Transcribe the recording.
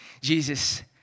Jesus